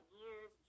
years